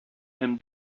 him